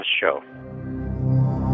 Show